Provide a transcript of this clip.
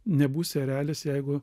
nebūsi erelis jeigu